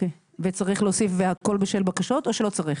וצריך להוסיף והכול בשל בקשות או שלא צריך?